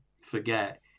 forget